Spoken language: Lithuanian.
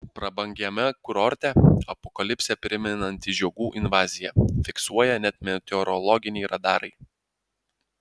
prabangiame kurorte apokalipsę primenanti žiogų invazija fiksuoja net meteorologiniai radarai